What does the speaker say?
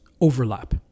overlap